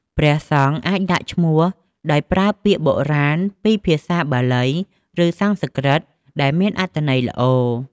ព្រះសង្ឃអាចដាក់ឈ្មោះដោយប្រើពាក្យបុរាណពីភាសាបាលី ឬសំស្ក្រឹត ដែលមានអត្ថន័យល្អ។